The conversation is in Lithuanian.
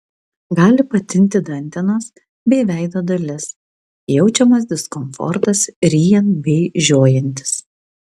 gali patinti dantenos bei veido dalis jaučiamas diskomfortas ryjant bei žiojantis